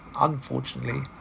Unfortunately